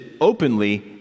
openly